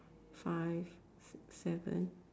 five six seven